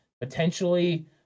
potentially